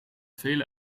vele